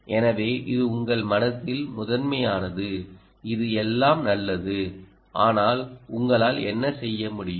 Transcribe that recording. எனவே இது உங்கள் மனதில் முதன்மையானது இது எல்லாம் நல்லது ஆனால் உங்களால் என்ன செய்ய முடியும்